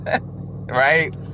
right